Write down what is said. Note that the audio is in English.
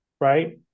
right